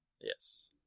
Yes